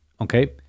Okay